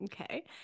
Okay